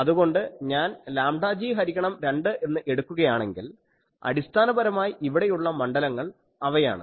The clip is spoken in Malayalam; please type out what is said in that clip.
അതുകൊണ്ട് ഞാൻ λg ഹരിക്കണം 2 എന്ന് എടുക്കുകയാണെങ്കിൽ അടിസ്ഥാനപരമായി ഇവിടെ ഉള്ള മണ്ഡലങ്ങൾ അവയാണ്